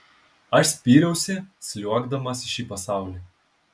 aš spyriausi sliuogdamas į šį pasaulį